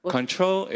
Control